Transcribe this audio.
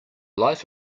life